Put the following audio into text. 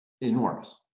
enormous